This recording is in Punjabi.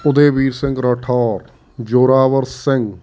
ਉਦੈਵੀਰ ਸਿੰਘ ਰਾਠੌਰ ਜੋਰਾਵਰ ਸਿੰਘ